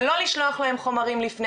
ולא לשלוח להם חומרים לפני,